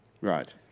Right